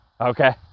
Okay